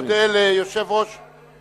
אני מאוד מודה ליושב-ראש ועדת,